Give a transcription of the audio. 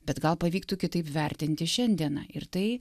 bet gal pavyktų kitaip vertinti šiandieną ir tai